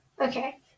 Okay